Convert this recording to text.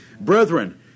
brethren